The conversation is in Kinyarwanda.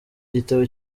gitabo